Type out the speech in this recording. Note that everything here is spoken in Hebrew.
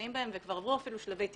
נמצאות בהם וכבר עברו אפילו שלבי תיקון,